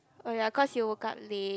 oh ya cause you woke up late